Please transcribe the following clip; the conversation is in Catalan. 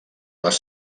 les